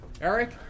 Eric